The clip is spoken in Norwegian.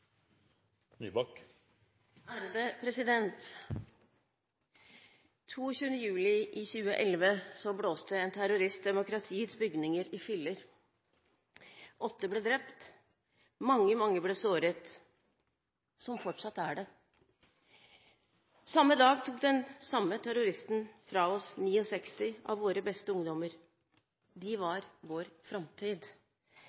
juli i 2011 blåste en terrorist demokratiets bygninger i filler; åtte ble drept, og mange, mange ble såret – og er det fortsatt. Samme dag tok den samme terroristen fra oss 69 av våre beste ungdommer. De